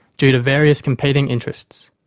due to various competing interests.